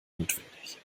notwendig